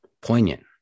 Poignant